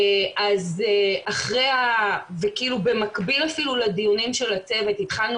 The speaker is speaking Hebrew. אז אפילו במקביל לדיונים של הצוות התחלנו